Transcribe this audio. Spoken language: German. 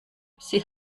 sie